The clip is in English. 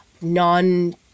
non